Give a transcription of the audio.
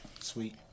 Sweet